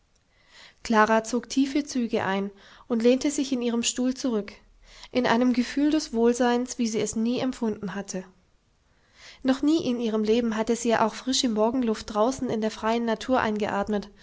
klara zog tiefe züge ein und lehnte sich in ihren stuhl zurück in einem gefühl des wohlseins wie sie es nie empfunden hatte noch nie in ihrem leben hatte sie ja auch frische morgenluft draußen in der freien natur eingeatmet